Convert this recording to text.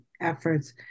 efforts